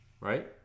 Right